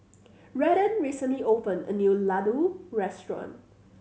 Redden recently opened a new Ladoo Restaurant